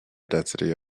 density